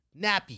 Nappy